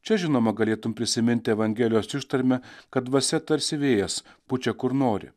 čia žinoma galėtum prisiminti evangelijos ištarmę kad dvasia tarsi vėjas pučia kur nori